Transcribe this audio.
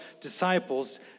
disciples